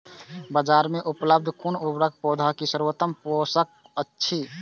बाजार में उपलब्ध कुन उर्वरक पौधा के सर्वोत्तम पोषक अछि?